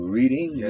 Reading